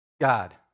God